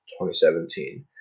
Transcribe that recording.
2017